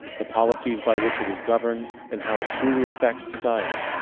the policies by which it is governed, and how it truly affects society,